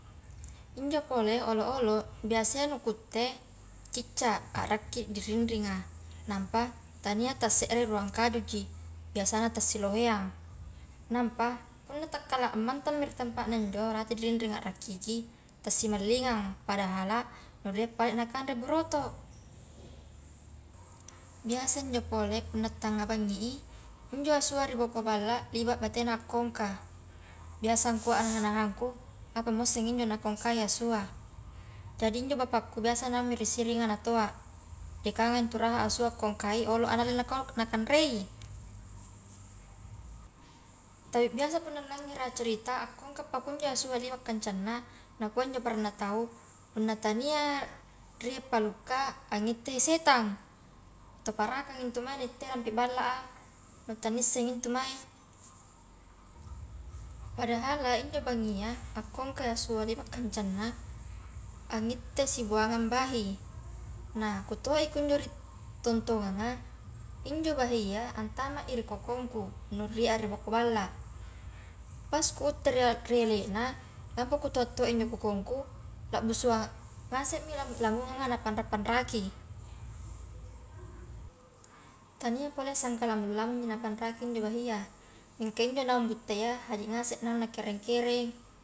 Injo pole olo-olo biasa iya nu kutte ciccak a rakki di rinringa nampa tania ta serre ruang kayu ji, biasana ta siloheang, nampa punna ammantammi ri tampa na anjo rate ri rinringa a rakkiki, tassimallingang padahala nu rie pale nakanre buroto, biasa njo pole punna tanga bangi i njo asua ri boko balla liba batena akongka, biasa ngkua a naha-nahangku apamosseng injo na nakongkai asua jadi injo bapakku biasa naungmi ri siringa natoa jekangangi ntu raha asua akongkai olo a na alle nako nakanre i, tapi biasa punna langerea carita akongka pakunjo asua liba kencangna nakua njo padanna tau punna tania rie palukka angitte setan atau parakang intu mae naitte rampi balla a nu tannisseng ntu mae, padahal injo bangia pakongka asua liba kancangna, angittei sibuangang bahi nah kutoa i kunjo ri tontonganga injo bahia antama i ri kokongku, nu rie a ri boko balla, pas kutte ria ri elena nampa kutoa-toa injo kokosngku labbusua ngasemi lamo-lamonganga napanra-panraki, tana pole sangka lamong-lamongji napanraki injo bahia mingka injo naung buttea haji ngase naung nakereng-kereng.